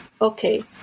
okay